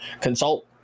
consult